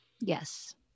Yes